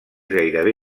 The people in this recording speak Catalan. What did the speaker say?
gairebé